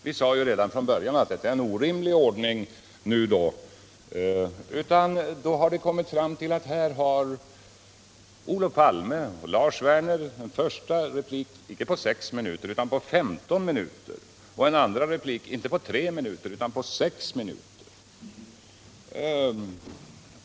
Vi sade att detta är en orimlig ordning, och nu har man kommit fram till att Olof Palme och Lars Werner har en första replik icke på 6 minuter utan på 15 minuter och en andra replik inte på 3 minuter utan på 6 minuter.